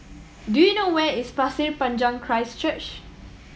do you know where is Pasir Panjang Christ Church